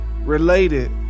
related